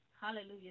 Hallelujah